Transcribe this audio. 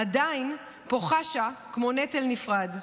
/ עדיין פה חשה כמו נטל נפרד?